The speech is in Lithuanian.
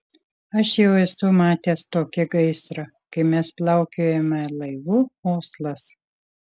aš jau esu matęs tokį gaisrą kai mes plaukiojome laivu oslas